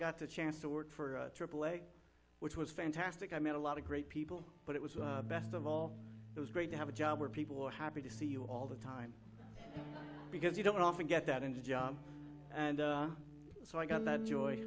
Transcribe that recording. got the chance to work for aaa which was fantastic i met a lot of great people but it was best of all it was great to have a job where people are happy to see you all the time because you don't often get that in the job and so i got that joy